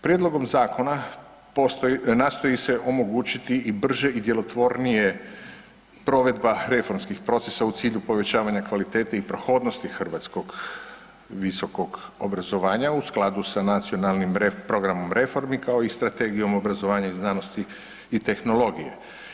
Prijedlogom zakona nastoji se omogućiti i brže i djelotvornije provedba reformskih procesa u cilju povećavanja kvalitete i prohodnosti hrvatskog obrazovanja u skladu sa nacionalnim reprogramom reformi kao i strategijom obrazovanja, znanosti i tehnologije.